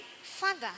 father